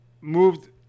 Moved